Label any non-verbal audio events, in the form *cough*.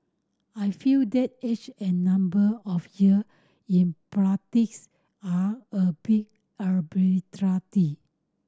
I feel that age and number of year in practice are a bit *unintelligible*